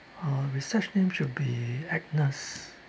uh recep~ name should be agnes